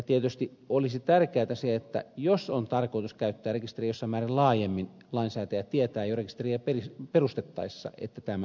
tietysti olisi tärkeätä se että jos on tarkoitus käyttää rekisteriä jossain määrin laajemmin lainsäätäjä tietää jo rekisteriä perustettaessa että tämä on tarkoitus